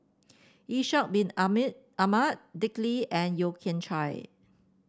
Ishak Bin Ahmad Dick Lee and Yeo Kian Chai